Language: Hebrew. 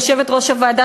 יושבת-ראש הוועדה,